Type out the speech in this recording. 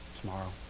Tomorrow